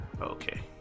Okay